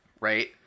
right